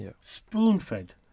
spoon-fed